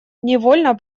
невольно